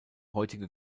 heutige